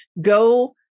go